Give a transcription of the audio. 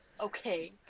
okay